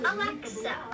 Alexa